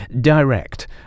direct